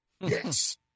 Yes